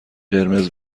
قرمز